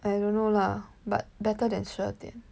I don't know lah but better than